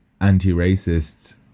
anti-racists